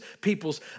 people's